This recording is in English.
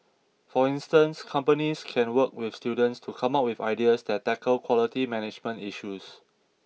for instance companies can work with students to come up with ideas that tackle quality management issues